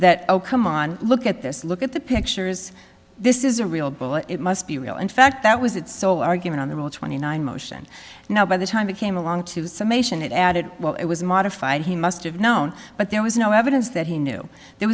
that come on look at this look at the pictures this is a real bullet it must be real in fact that was it so argument on the rule twenty nine motion now by the time it came along to summation it added well it was modified he must have known but there was no evidence that he knew there